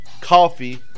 coffee